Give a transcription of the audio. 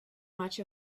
much